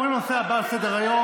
אנחנו עוברים לנושא הבא על סדר-היום: